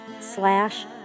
slash